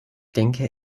denke